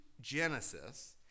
Genesis